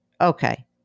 Okay